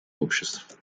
обществ